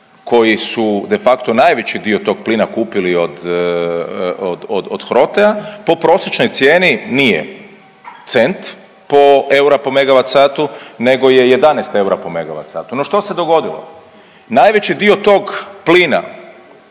koji su de facto najveći dio tog plina kupili od HROTE-a po prosječnoj cijeni nije cent, eura po Megavatsatu nego je 11 eura po Megavatsatu. No što se dogodilo? Najveći dio tog plina